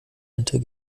hinter